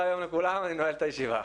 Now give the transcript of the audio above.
יום לכולם, אני נועל את הישיבה.